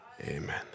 Amen